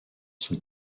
sul